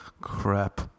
crap